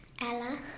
Ella